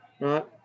Right